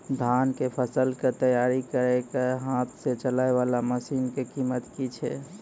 धान कऽ फसल कऽ तैयारी करेला हाथ सऽ चलाय वाला मसीन कऽ कीमत की छै?